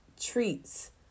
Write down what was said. treats